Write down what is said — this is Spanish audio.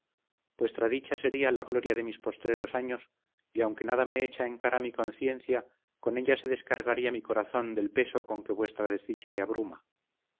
vuestra dicha sería la gloria de mis postreros años y aunque nada me echa en cara mi conciencia con ella se descargaría mi corazón del peso con que vuestra desdicha le abruma